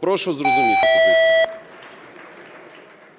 Прошу зрозуміти